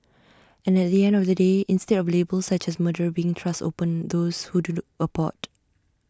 and at the end of the day instead of labels such as murderer being thrust upon those who do abort